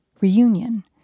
reunion